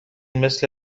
مثل